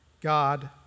God